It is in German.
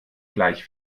gleich